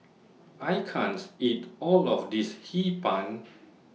I can't eat All of This Hee Pan